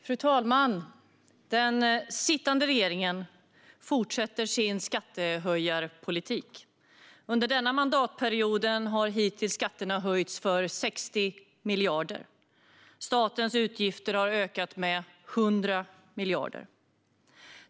Fru talman! Den sittande regeringen fortsätter sin skattehöjarpolitik. Under denna mandatperiod har skatterna hittills höjts med 60 miljarder kronor. Statens utgifter har ökat med 100 miljarder kronor.